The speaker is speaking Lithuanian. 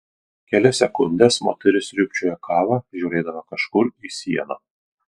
kelias sekundes moteris sriūbčiojo kavą žiūrėdama kažkur į sieną